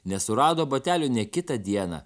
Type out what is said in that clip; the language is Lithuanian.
nesurado batelių nė kitą dieną